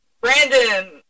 Brandon